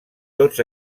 tots